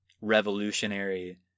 revolutionary